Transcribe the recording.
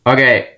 Okay